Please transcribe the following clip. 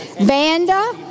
Vanda